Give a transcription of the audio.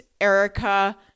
Erica